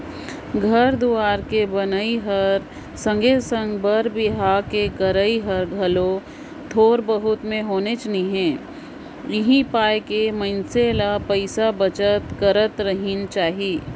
घर दुवार कर बनई कर संघे संघे बर बिहा के करई हर घलो थोर बहुत में होनेच नी हे उहीं पाय के मइनसे ल पइसा बचत करत रहिना चाही